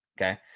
Okay